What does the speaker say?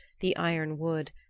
the iron wood,